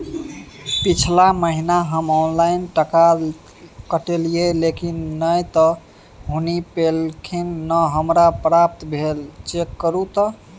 पिछला महीना हम ऑनलाइन टका कटैलिये लेकिन नय त हुनी पैलखिन न हमरा प्राप्त भेल, चेक करू त?